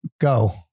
go